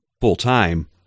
full-time